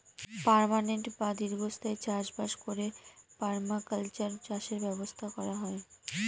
permanent বা দীর্ঘস্থায়ী চাষ বাস করে পারমাকালচার চাষের ব্যবস্থা করা হয়